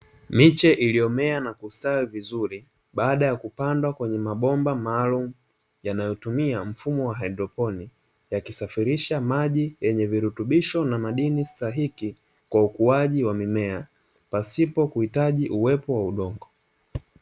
Miche iliyomea na kustawi vizuri baada ya kupandwa kwenye mabomba maalumu yanayotumia mfumo wa haidroponi, yakisafirisha maji yenye virutubisho na madini stahiki kwa ukuaji wa mimea pasipo kuhitaji uwepo wa udongo.